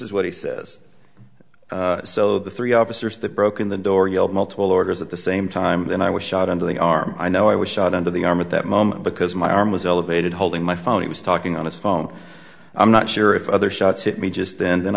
is what he says so the three officers that broke in the door yelled multiple orders at the same time that i was shot under the arm i know i was shot under the arm at that moment because my arm was elevated holding my phone he was talking on his phone i'm not sure if other shots hit me just then then